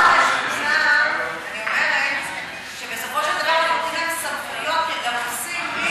אני אומרת שבסופו של דבר, סמכותו מחסום,